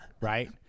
right